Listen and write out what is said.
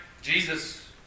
Jesus